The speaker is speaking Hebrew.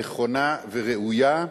נכונה וראויה,